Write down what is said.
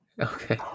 Okay